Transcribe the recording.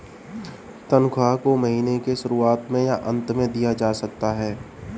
तन्ख्वाह को महीने के शुरुआत में या अन्त में दिया जा सकता है